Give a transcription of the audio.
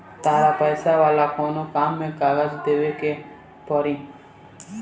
तहरा पैसा वाला कोनो काम में कागज देवेके के पड़ी